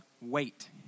wait